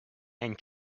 and